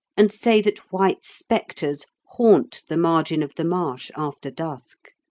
and say that white spectres haunt the margin of the marsh after dusk.